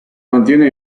mantiene